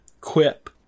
quip